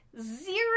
zero